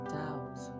doubt